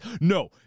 no